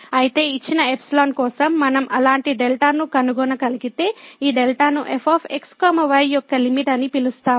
అయితే ఇచ్చిన ఎప్సిలాన్ కోసం మనం అలాంటి డెల్టాను కనుగొన కలిగితే ఆ డెల్టాను f x y యొక్క లిమిట్ అని పిలుస్తాము